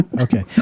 okay